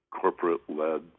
corporate-led